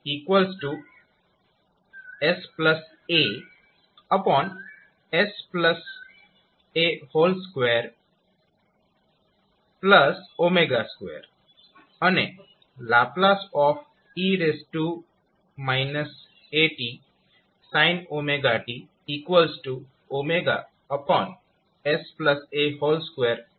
તો ℒ e atcos wtsasa2w2 અને ℒ e atsin wtwsa2w2છે